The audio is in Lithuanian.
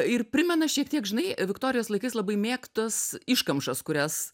ir primena šiek tiek žinai viktorijos laikais labai mėgtas iškamšas kurias